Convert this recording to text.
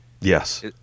Yes